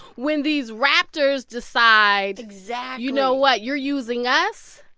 when these raptors decide. exactly. you know what? you're using us.